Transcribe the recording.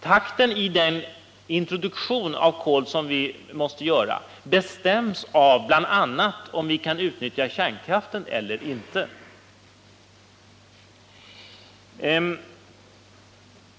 Takten i den introduktion av kolet som vi måste göra bestäms bl.a. av om vi kan utnyttja kärnkraften eller inte.